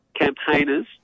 campaigners